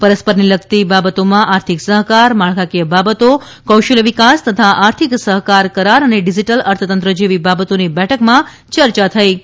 પરસ્પરને લગતી બાબતોમાં આર્થિક સહકાર માળખાંકીય બાબતો કૌશલ્ય વિકાસ તથા આર્થિક સહકાર કરાર અને ડીજીટલ અર્થતંત્ર જેવી બાબતોની બેઠકમાં ચર્ચા થઇ હતી